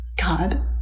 god